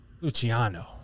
Luciano